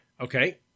Okay